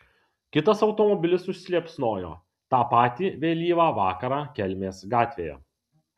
kitas automobilis užsiliepsnojo tą patį vėlyvą vakarą kelmės gatvėje